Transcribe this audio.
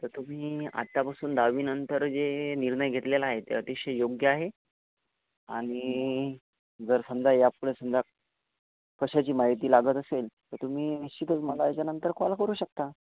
तर तुम्ही आतापासून दहावीनंतर जे निर्णय घेतलेला आहे तो अतिशय योग्य आहे आणि जर समजा यातलं समजा कशाची माहिती लागत असेल तर तुम्ही निश्चितच मला याच्यानंतर कॉल करू शकता